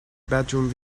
bedroom